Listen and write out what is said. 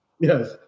Yes